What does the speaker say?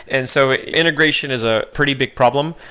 and so integration is a pretty big problem.